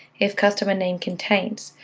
if customer name contains,